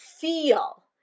feel